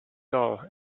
dull